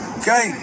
okay